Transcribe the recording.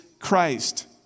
Christ